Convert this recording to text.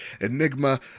Enigma